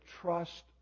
trust